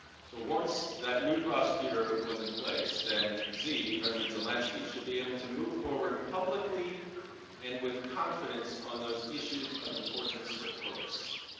so once that new prosecutor was in place, then, z, president zelensky should be able to move forward publicly and with confidence on those issues of importance to potus.